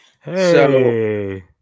Hey